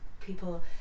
people